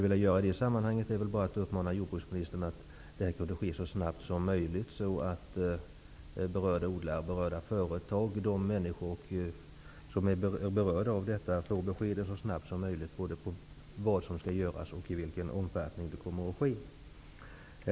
I det sammanhanget är det bara att uppmana jordbrukministern att vidta åtgärder så snabbt som möjligt så att berörda odlare, företag och de människor som är berörda av detta så snabbt som möjligt får besked både om vad som skall göras och i vilken omfattning det kommer att ske.